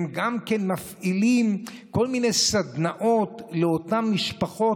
הם גם מפעילים כל מיני סדנאות לאותן משפחות,